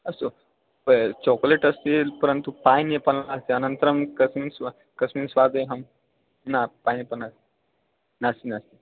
अस्तु चोकोलेट् अस्ति परन्तु पैनापल् नास्ति अनन्तरं कस्मिन् स्वा कस्मिन् स्वादे अहं न पैनापल् नास्ति नास्ति नास्ति